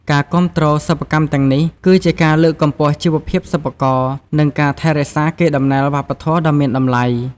ការគាំទ្រសិប្បកម្មទាំងនេះ គឺជាការលើកកម្ពស់ជីវភាពសិប្បករ និងការថែរក្សាកេរដំណែលវប្បធម៌ដ៏មានតម្លៃ។